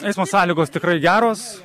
eismo sąlygos tikrai geros